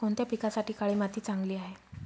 कोणत्या पिकासाठी काळी माती चांगली आहे?